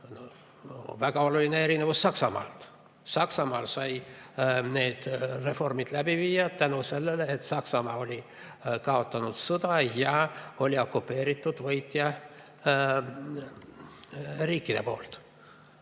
Väga oluline erinevus Saksamaaga. Saksamaal sai need reformid läbi viia tänu sellele, et Saksamaa oli kaotanud sõja ja oli okupeeritud võitjariikide poolt.